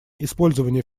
использование